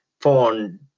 phone